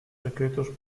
secretos